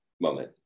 moment